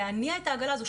להניע את העגלה הזאת,